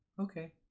okay